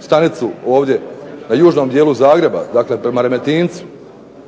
stanicu ovdje na južnom dijelu Zagreba, prema Remetincu,